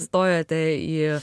stojote į